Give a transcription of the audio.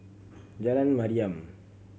Jalan Mariam